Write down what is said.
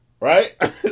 Right